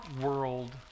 world